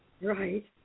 Right